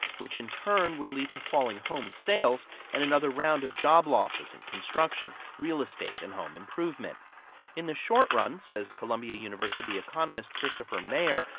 which in turn would lead to falling home sales and another round of job losses in construction, real estate and home improvement in the short run, says columbia university economist christopher mayer,